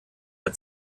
der